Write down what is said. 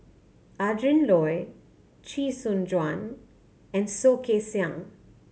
Adrin Loi Chee Soon Juan and Soh Kay Siang